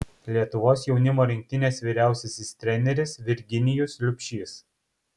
lietuvos jaunimo rinktinės vyriausiasis treneris virginijus liubšys